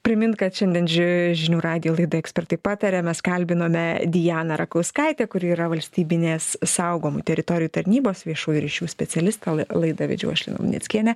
primint kad šiandien ži žinių radijo laida ekspertai pataria mes kalbinome dianą rakauskaitę kuri yra valstybinės saugomų teritorijų tarnybos viešųjų ryšių specialiska la laidą vedžiau aš luneckienė